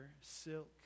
silk